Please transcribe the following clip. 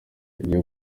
ibyo